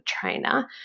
trainer